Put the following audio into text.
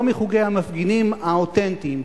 לא מחוגי המפגינים האותנטיים,